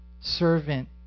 servant